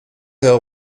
her